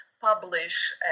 publish